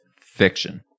Fiction